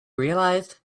realized